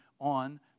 on